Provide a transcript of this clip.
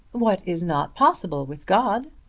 what is not possible with god?